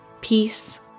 peace